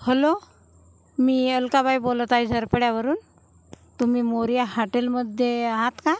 hello मी अलकाबाई बोलत आहे झरपड्यावरून तुम्ही मोरया हाटेलमध्ये आहात का